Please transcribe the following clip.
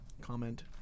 comment